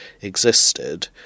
existed